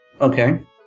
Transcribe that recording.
Okay